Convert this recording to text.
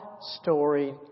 story